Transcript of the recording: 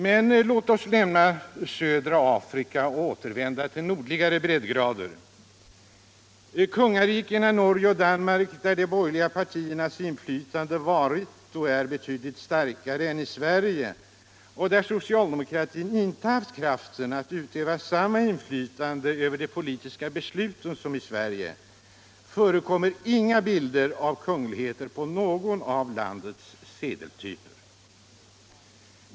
Men låt oss lämna södra Afrika och återvända till nordligare breddgrader. I kungarikena Norge och Danmark, där de borgerliga partiernas inflytande varit och är betydligt starkare än i Sverige och där socialdemokratin inte haft kraften att utöva samma inflytande över de politiska besluten som i Sverige, förekommer inte bilder av kungligheter på någon av landets sedeltyper.